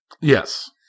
Yes